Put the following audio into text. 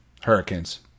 Hurricanes